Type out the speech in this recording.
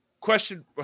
question